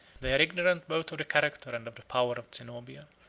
they are ignorant both of the character and of the power of zenobia.